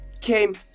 came